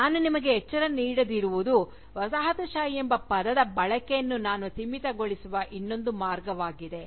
ನಾನು ನಿಮಗೆ ಎಚ್ಚರಿಕೆ ನೀಡದಿರುವುದು ವಸಾಹತುಶಾಹಿ ಎಂಬ ಪದದ ಬಳಕೆಯನ್ನು ನಾನು ಸೀಮಿತಗೊಳಿಸುವ ಇನ್ನೊಂದು ಮಾರ್ಗವಾಗಿದೆ